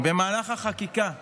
במהלך החקיקה יתקיים,